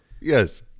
Yes